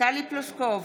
טלי פלוסקוב,